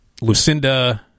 lucinda